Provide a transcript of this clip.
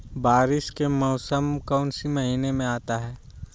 बारिस के मौसम कौन सी महीने में आता है?